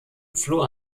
floh